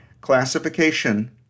classification